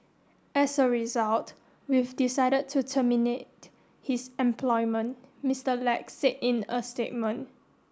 as a result we've decided to terminate his employment Mister Lack said in a statement